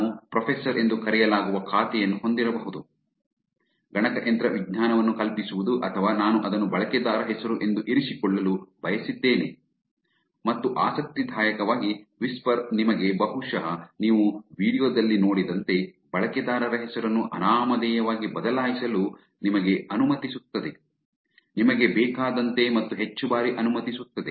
ನಾನು ಪ್ರೊಫೆಸರ್ ಎಂದು ಕರೆಯಲಾಗುವ ಖಾತೆಯನ್ನು ಹೊಂದಿರಬಹುದು ಗಣಕಯಂತ್ರ ವಿಜ್ಞಾನವನ್ನು ಕಲಿಸುವುದು ಅಥವಾ ನಾನು ಅದನ್ನು ಬಳಕೆದಾರ ಹೆಸರು ಎಂದು ಇರಿಸಿಕೊಳ್ಳಲು ಬಯಸಿದ್ದೇನೆ ಮತ್ತು ಆಸಕ್ತಿದಾಯಕವಾಗಿ ವಿಸ್ಪರ್ ನಿಮಗೆ ಬಹುಶಃ ನೀವು ವಿಡಿಯೋ ದಲ್ಲಿ ನೋಡಿದಂತೆ ಬಳಕೆದಾರರ ಹೆಸರನ್ನು ಅನಾಮಧೇಯವಾಗಿ ಬದಲಾಯಿಸಲು ನಿಮಗೆ ಅನುಮತಿಸುತ್ತದೆ ನಿಮಗೆ ಬೇಕಾದಂತೆ ಮತ್ತು ಹೆಚ್ಚು ಬಾರಿ ಅನುಮತಿಸುತ್ತದೆ